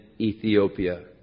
Ethiopia